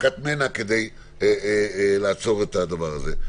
מכת מנע כדי לעצור את הדבר הזה.